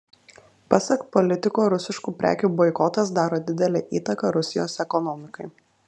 pasak politiko rusiškų prekių boikotas daro didelę įtaką rusijos ekonomikai